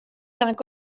nag